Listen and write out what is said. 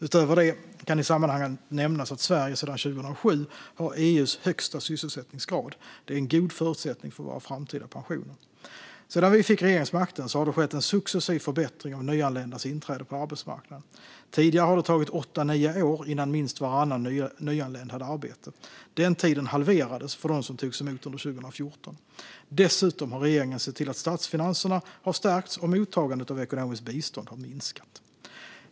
Utöver det kan det i sammanhanget nämnas att Sverige sedan 2007 har EU:s högsta sysselsättningsgrad. Det är en god förutsättning för våra framtida pensioner. Sedan vi fick regeringsmakten har det skett en successiv förbättring av nyanländas inträde på arbetsmarknaden. Tidigare har det tagit åtta till nio år innan minst varannan nyanländ hade arbete. Den tiden halverades för dem som togs emot under 2014. Dessutom har regeringen sett till att statsfinanserna har stärkts, och mottagandet av ekonomiskt bistånd har minskat.